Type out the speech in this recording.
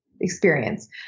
experience